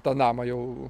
tą namą jau